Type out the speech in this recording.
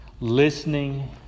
listening